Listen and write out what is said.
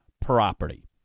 property